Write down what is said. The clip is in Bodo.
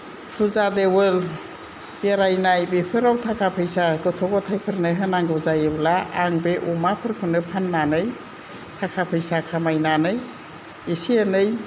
फुजा देवोल बेरायनाय बेफोराव थाखा फैसा गथ' गथायफोरनो होनांगौ जायोब्ला आं बे अमाफोरखौनो फान्नानै थाखा फैसा खामायनानै एसे एनै